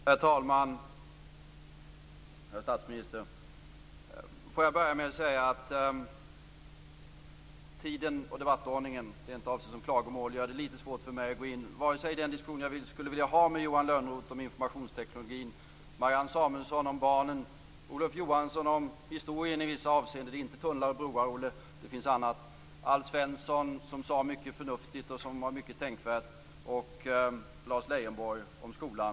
Herr talman! Herr statsminister! Får jag börja med att säga - det är inte avsett som klagomål - att tiden och debattordningen gör det litet svårt för mig att gå in i alla de diskussioner jag skulle vilja föra. Jag skulle vilja diskutera med Johan Lönnroth om informationsteknologin, med Marianne Samuelsson om barnen, med Olof Johansson om vissa avseenden av historien - inte om tunnlar och broar, Olle, för det finns annat - med Alf Svensson, som sade mycket förnuftigt och var mycket tänkvärd och med Lars Leijonborg om skolan.